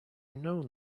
known